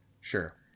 sure